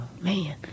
Man